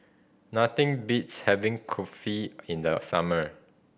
nothing beats having Kulfi in the summer